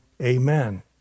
Amen